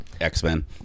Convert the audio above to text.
X-Men